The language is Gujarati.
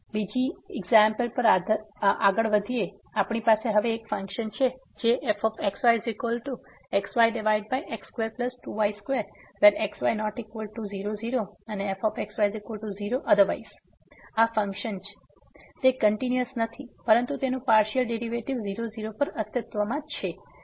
બીજી સમસ્યા તરફ વધીએ આપણી પાસે હવે એક ફંક્શન છે જે બતાવીશું fxyxyx22y2xy≠00 0elsewhere તે કંટીન્યુઅસ નથી પરંતુ તેનું પાર્સીઅલ ડેરીવેટીવ 00 પર અસ્તિત્વમાં છે